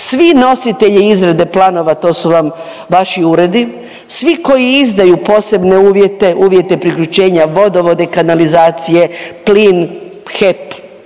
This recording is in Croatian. svi nositelji izrade planova, to su vam vaši uredi, svi koji izdaju posebne uvjete, uvjete priključenja vodovoda i kanalizacije, plin, HEP